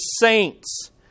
saints